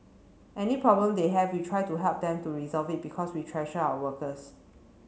any problem they have we try to help them to resolve it because we treasure our workers